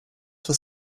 was